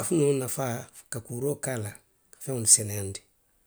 Saafinoo nafaa, ka kuroo ke a la, ka feŋolu seneyaandi